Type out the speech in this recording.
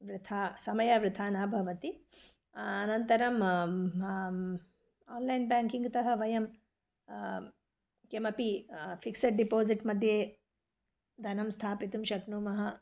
वृथा समय वृथा न भवति अनन्तरम् आन्लैन् बेङ्किङ्ग् तः वयं किमपि फ़िक्सेड् डिपोज़िट् मध्ये धनं स्थापितुं शक्नुमः